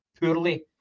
poorly